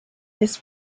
this